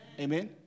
Amen